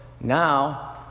now